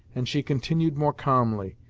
and she continued more calmly,